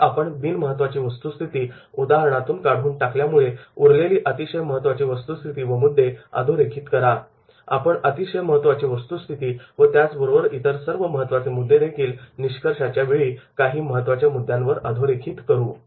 आता आपण बिन महत्त्वाची वस्तूस्थिती उदाहरणातून काढून टाकल्यामुळे उरलेली अतिशय महत्त्वाची वस्तुस्थिती व मुद्दे अधोरेखित करा आपण अतिशय महत्वाची वस्तूस्थिती त्याबरोबरच इतर सर्व महत्त्वाचे मुद्दे देखील निष्कर्षाच्यावेळी काही महत्त्वाच्या मुद्द्यांवर अधोरेखित करू